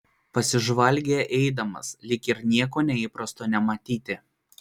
pasižvalgė eidama lyg ir nieko neįprasto nematyti